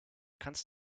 kannst